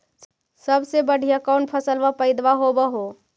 सबसे बढ़िया कौन फसलबा पइदबा होब हो?